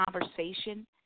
conversation